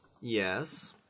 Yes